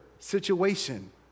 Situation